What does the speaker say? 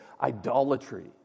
idolatry